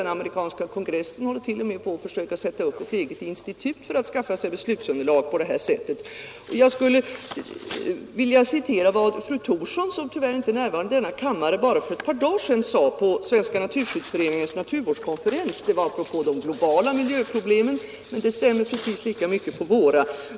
Den amerikanska kongressen håller t.o.m. på att sätta upp ett eget institut för att skaffa sig beslutsunderlag. Fru Thorsson är tyvärr inte närvarande i en kammare, men jag skulle vilja citera vad hon för bara några dagar sedan sade på Svenska naturskyddsföreningens natuvrvårdskonferens. Det gällde de globala miljöproblemen, men det stämmer lika mycket in på våra.